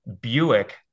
Buick